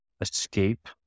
escape